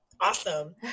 awesome